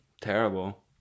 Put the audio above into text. Terrible